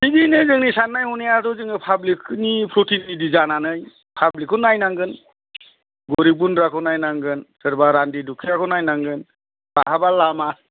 थिगैनो जोंनि साननाय हनायाथ' जोंङो पाब्लिक नि प्रतिनिधि जानानै पाब्लिक खौ नायनांगोन गरिब गुनद्राखौ नायनांगोन सोरबा रान्दि दुखियाखौ नायनांगोन बहाबा लामा